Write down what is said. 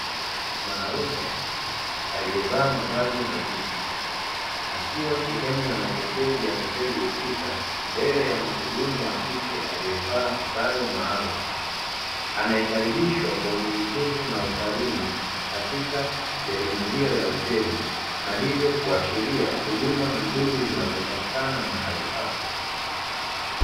Mwanaume aliyevaa mavazi nadhifu akiwa sehemu ya mapokezi hoteli husika mbele ya mhudumu wakike aliyevaa sare maalumu, anayekaribishwa kwa unyenyekevu na ukarimu katika sehemu hiyo ya hoteli na hivyo kuashiria huduma nzuri zinazopatikana mahali hapo.